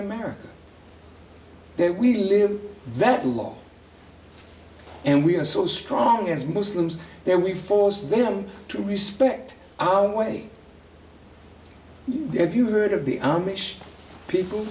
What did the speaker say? america that we live that long and we are so strong as muslims then we force them to respect our way if you heard of the amish people